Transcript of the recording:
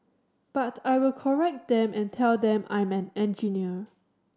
but I will correct them and tell them I'm an engineer